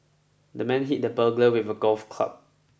the man hit the burglar with a golf club